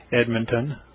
Edmonton